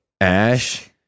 Ash